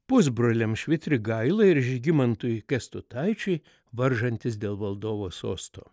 pusbroliams švitrigailai ir žygimantui kęstutaičiui varžantis dėl valdovo sosto